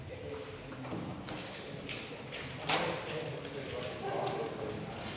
Tak